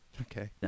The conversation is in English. okay